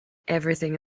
everything